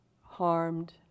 harmed